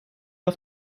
auf